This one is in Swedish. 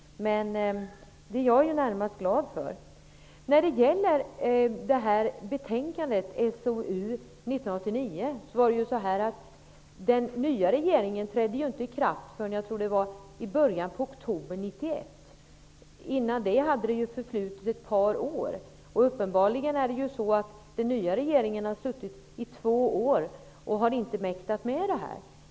Men det är jag närmast glad för. Emellan betänkandet SOU 1989:51 och den nya regeringens tillträde i början av oktober 1991 hade det förflutit ett par år. Uppenbarligen har den nya regeringen suttit i två år utan att mäkta med detta.